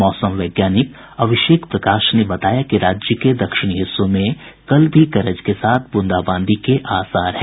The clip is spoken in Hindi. मौसम वैज्ञानिक अभिषेक प्रकाश ने बताया कि राज्य के दक्षिणी हिस्सों में कल भी गरज के साथ बूंदाबांदी के आसार हैं